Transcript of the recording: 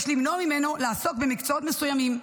יש למנוע ממנו לעסוק במקצועות מסוימים.